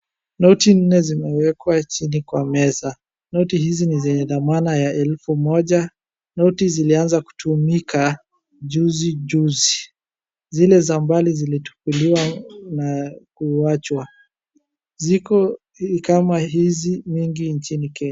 Noti nne zimewekwa chini kwa meza noti hizi ni zenye thamana ya elfu moja. Noti zilianza kutumika juzi juzi zile za mbali zilitupitiliwa na kuachwa, ziko kama mingi hizi nchini Kenya.